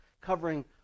covering